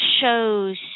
shows